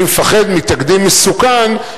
אני מפחד מתקדים מסוכן,